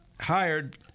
hired